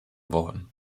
worden